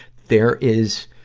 there is,